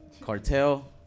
Cartel